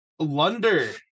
Lunder